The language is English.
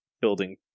building